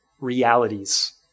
realities